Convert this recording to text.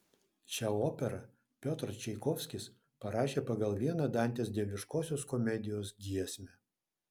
šią operą piotras čaikovskis parašė pagal vieną dantės dieviškosios komedijos giesmę